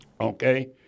Okay